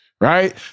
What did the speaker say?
right